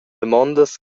damondas